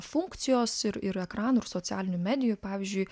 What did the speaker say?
funkcijos ir ir ekranų ir socialinių medijų pavyzdžiui